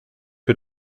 für